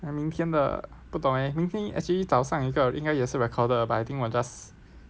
明天的不懂 eh 明天 actually 早上一个应该也是 recorded 的 but I think 我 just